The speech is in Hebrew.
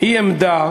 היא עמדה,